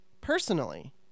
personally